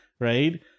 Right